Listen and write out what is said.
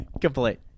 Complete